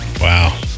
wow